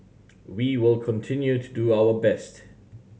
we will continue to do our best